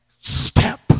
step